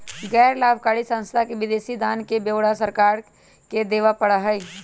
गैर लाभकारी संस्था के विदेशी दान के ब्यौरा सरकार के देवा पड़ा हई